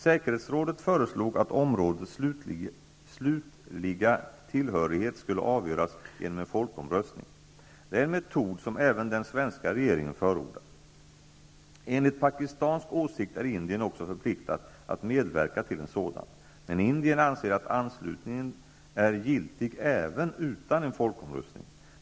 Säkerhetsrådet föreslog att områdets slutliga tillhörighet skulle avgöras genom en folkomröstning. Det är en metod som även den svenska regeringen förordar. Enligt pakistansk åsikt är Indien också förpliktat att medverka till en sådan. Men Indien anser att anslutningen är giltig även utan en folkomröstning.